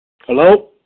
hello